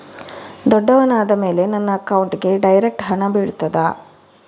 ದೊಡ್ಡವನಾದ ಮೇಲೆ ನನ್ನ ಅಕೌಂಟ್ಗೆ ಡೈರೆಕ್ಟ್ ಹಣ ಬೀಳ್ತದಾ?